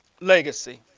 legacy